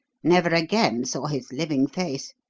never again saw his living face!